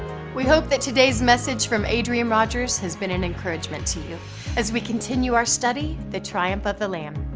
we hope that today's message from adrian rogers has been an encouragement to you as we continue our study, the triumph of the lamb.